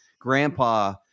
grandpa